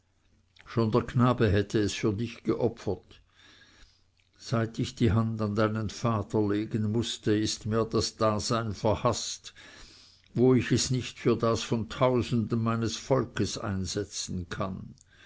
schon der knabe hätte es für dich geopfert seit ich die hand an deinen vater legen mußte ist mir das dasein verhaßt wo ich es nicht für das von tausenden meines volkes einsetzen kann